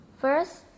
First